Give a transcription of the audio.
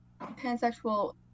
pansexual